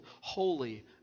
holy